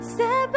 Step